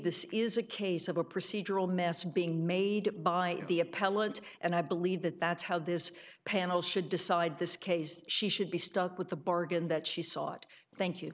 this is a case of a procedural mess being made by the appellant and i believe that that's how this panel should decide this case she should be stuck with the bargain that she sought thank you